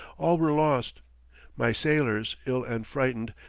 all were lost my sailors, ill and frightened,